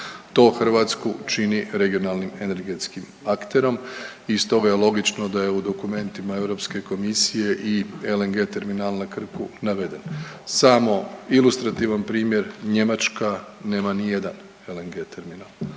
To Hrvatsku čini regionalnim energetskim akterom i stoga je logično da je u dokumentima Europske komisije i LNG terminal na Krku naveden. Samo ilustrativan primjer, Njemačka nema nijedan LNG terminal.